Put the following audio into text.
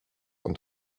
und